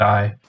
Die